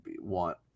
want